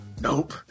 Nope